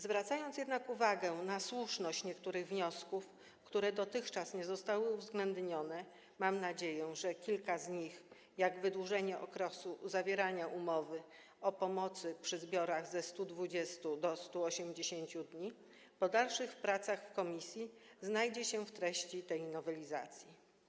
Zwracając jednak uwagę na słuszność niektórych wniosków, które dotychczas nie zostały uwzględnione, mam nadzieję, że kilka z nich, jak wydłużenie okresu zawierania umowy o pomocy przy zbiorach ze 120 do 180 dni, po dalszych pracach w komisji znajdzie się w treści tej nowelizacji.